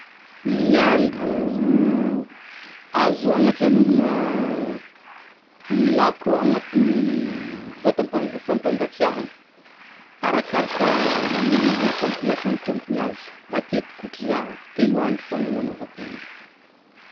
Ny andro azo agnajanonagna ny lako agnatin'ny vata mpa-fampangatsiahagna arakaraka ny le fampiasan'ny tômpiny azy, matetiky otry zaha telo andro fogna agnanaovako ninaha.